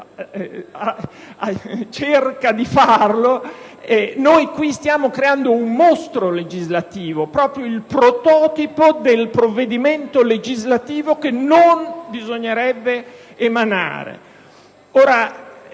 cerca di farlo - noi stiamo creando un mostro legislativo, proprio il prototipo del provvedimento che non bisognerebbe emanare.